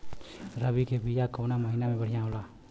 रबी के बिया कवना महीना मे बढ़ियां होला?